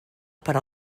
per